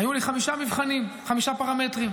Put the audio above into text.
היו לי חמישה מבחנים, חמישה פרמטרים.